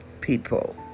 people